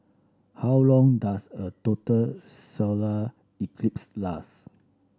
how long does a total solar eclipse last